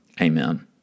Amen